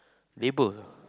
label